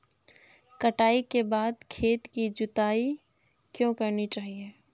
कटाई के बाद खेत की जुताई क्यो करनी चाहिए?